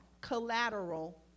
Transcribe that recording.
collateral